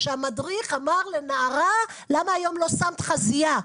שהמדריך אמר לנערה "למה היום לא שמת חזייה".